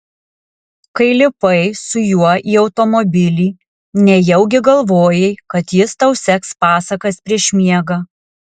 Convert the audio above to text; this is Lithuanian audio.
kai lipai su juo į automobilį nejaugi galvojai kad jis tau seks pasakas prieš miegą